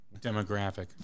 demographic